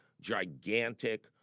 gigantic